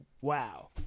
wow